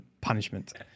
punishment